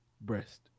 Breast